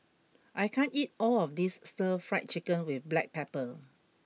I can't eat all of this Stir Fried Chicken with Black Pepper